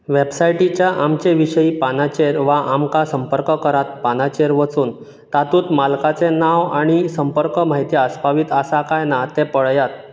वेब्साइटीच्या आमचे विशयी पानाचेर वा आमकां संपर्क करात पानाचेर वचून तातूंत मालकाचें नांव आनी संपर्क म्हायती आसपावीत आसा काय ना तें पळयात